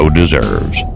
deserves